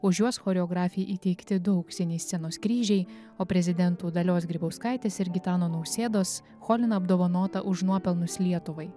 už juos choreografei įteikti du auksiniai scenos kryžiai o prezidentų dalios grybauskaitės ir gitano nausėdos cholina apdovanota už nuopelnus lietuvai